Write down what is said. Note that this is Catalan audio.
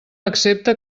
accepta